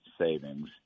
savings